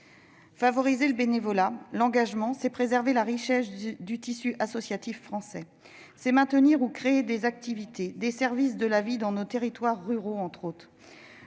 Favoriser le bénévolat, l'engagement, c'est préserver la richesse du tissu associatif français. C'est aussi maintenir ou créer des activités, des services de la vie dans nos territoires ruraux. Je veux